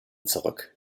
zurück